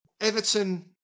Everton